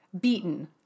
beaten